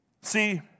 See